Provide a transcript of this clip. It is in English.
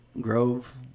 Grove